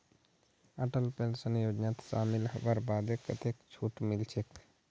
Atal pension योजनात शामिल हबार बादे कतेक छूट मिलछेक